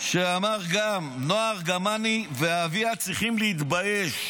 שאמר גם: נועה ארגמני ואביה צריכים להתבייש.